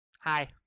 Hi